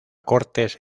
cortes